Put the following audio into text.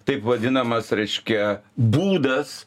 taip vadinamas reiškia būdas